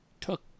took